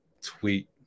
tweet